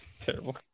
Terrible